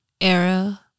era